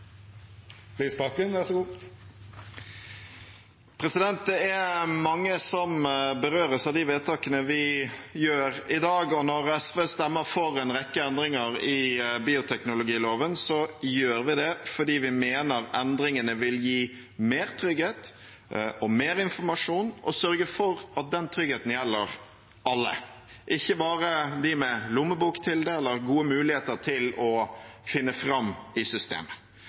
mange som berøres av de vedtakene vi gjør i dag. Når SV stemmer for en rekke endringer i bioteknologiloven, gjør vi det fordi vi mener endringene vil gi mer trygghet og mer informasjon og sørger for at den tryggheten gjelder for alle, ikke bare for dem med lommebok til det eller gode muligheter til å finne fram i systemet.